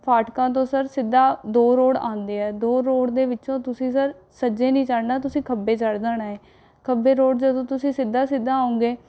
ਫਾਟਕਾਂ ਤੋਂ ਸਰ ਸਿੱਧਾ ਦੋ ਰੋਡ ਆੳਂਦੇ ਹੈ ਦੋ ਰੋਡ ਦੇ ਵਿੱਚੋਂ ਤੁਸੀ ਸਰ ਸੱਜੇ ਨਹੀਂ ਚੜ੍ਹਨਾ ਤੁਸੀਂ ਖੱਬੇ ਚੜ੍ਹ ਜਾਣਾ ਹੈ ਖੱਬੇ ਰੋਡ ਜਦੋ ਤੁਸੀ ਸਿੱਧਾ ਸਿੱਧਾ ਆਉਂਗੇ